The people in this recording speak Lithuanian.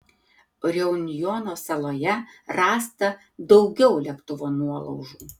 reunjono saloje rasta daugiau lėktuvo nuolaužų